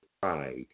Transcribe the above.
pride